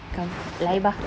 come bah